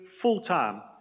full-time